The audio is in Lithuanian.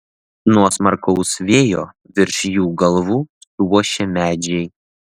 nuo smarkaus vėjo virš jų galvų suošia medžiai